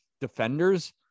defenders